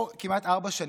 אני פה כמעט ארבע שנים,